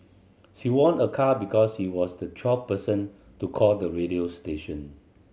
she won a car because he was the twelfth person to call the radio station